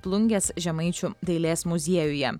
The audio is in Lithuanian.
plungės žemaičių dailės muziejuje